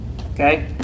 Okay